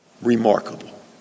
Remarkable